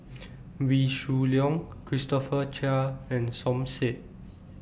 Wee Shoo Leong Christopher Chia and Som Said